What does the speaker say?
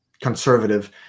conservative